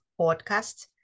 podcast